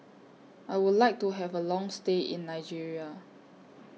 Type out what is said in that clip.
I Would like to Have A Long stay in Nigeria